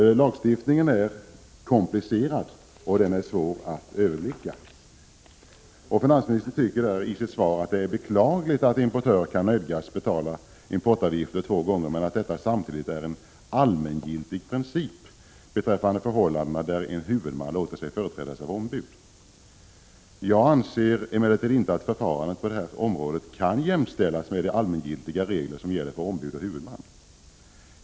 Lagstiftningen är komplicerad, och den är svår att överblicka. Finansministern tycker i sitt svar att det är beklagligt att importören kan nödgas betala importavgifter två gånger, men att detta samtidigt är en allmängiltig princip beträffande förhållanden där en huvudman låter sig företrädas av ombud. Jag anser emellertid inte att förfarandet på det här området kan jämställas med de allmängiltiga regler som gäller för ombud och huvudman.